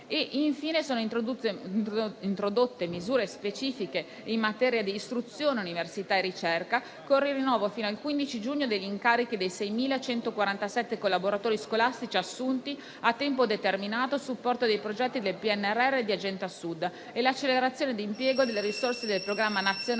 Infine, sono introdotte misure specifiche in materia di istruzione, università e ricerca, con rinnovo fino al 15 giugno degli incarichi dei 6.147 collaboratori scolastici, assunti a tempo determinato a supporto dei progetti del PNRR e di Agenda Sud, e l'accelerazione di impiego delle risorse del Programma nazionale